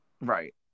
Right